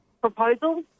proposal